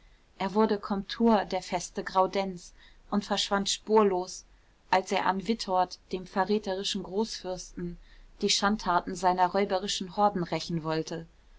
er wurde komtur der feste graudenz und verschwand spurlos als er an witort dem verräterischen großfürsten die schandtaten seiner räuberischen horden rächen wollte